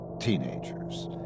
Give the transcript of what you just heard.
teenagers